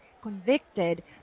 convicted